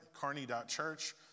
carney.church